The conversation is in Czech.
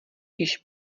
jež